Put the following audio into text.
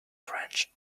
french